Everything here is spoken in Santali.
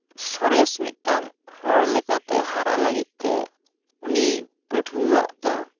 ᱥᱚᱨᱮᱥ ᱢᱤᱫᱴᱟᱱ ᱦᱚᱲ ᱞᱮᱠᱟᱛᱮ ᱦᱟᱨᱟ ᱞᱟᱹᱜᱤᱫ ᱛᱮ ᱩᱱᱤ ᱯᱟᱹᱴᱷᱩᱣᱟᱹᱣᱟᱜ ᱫᱚ